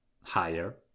higher